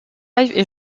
est